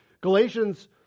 Galatians